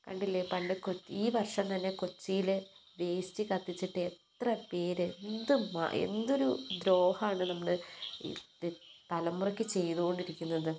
കണ്ടില്ലേ പണ്ട് ഈ വർഷം തന്നെ കൊച്ചിയില് വേസ്റ്റ് കത്തിച്ചിട്ട് എത്ര പേര് എന്തൊരു ദ്രോഹമാണ് നമ്മള് ഇത് തലമുറയ്ക്ക് ചെയ്തുകൊണ്ടിരിക്കുന്നത്